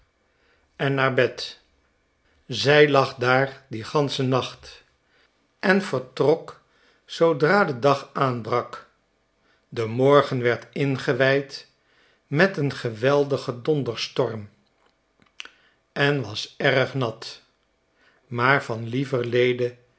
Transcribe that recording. en naar bed zij lag daar dien ganschen nacht en vertrok zoodra de dag aanbrak de morgen werdingewijd met een geweldigen donderstorm en was erg nat maar van